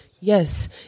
Yes